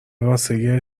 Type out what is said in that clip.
واسه